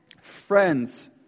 Friends